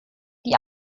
die